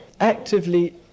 actively